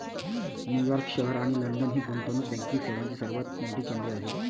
New York शहर आणि London ही गुंतवणूक बँकिंग सेवांची सर्वात मोठी केंद्रे आहेत